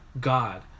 God